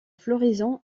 floraison